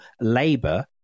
labour